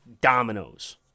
dominoes